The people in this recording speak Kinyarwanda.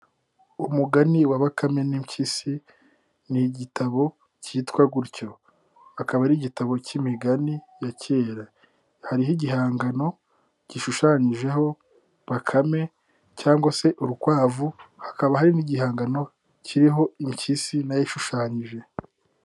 Umugani wa bakame n'impyisi ni igitabo kitwa gutyo akaba ari igitabo k'imigani ya kera, hariho igihangano gishushanyijeho bakame cyangwa se urukwavu hakaba hari n'igihangano kiriho impyisi nayo ishushanyije.